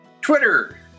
Twitter